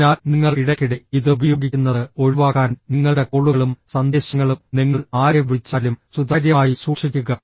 അതിനാൽ നിങ്ങൾ ഇടയ്ക്കിടെ ഇത് ഉപയോഗിക്കുന്നത് ഒഴിവാക്കാൻ നിങ്ങളുടെ കോളുകളും സന്ദേശങ്ങളും നിങ്ങൾ ആരെ വിളിച്ചാലും സുതാര്യമായി സൂക്ഷിക്കുക